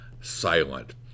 silent